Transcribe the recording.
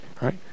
right